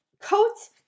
coats